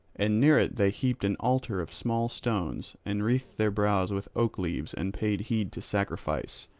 and near it they heaped an altar of small stones, and wreathed their brows with oak leaves and paid heed to sacrifice,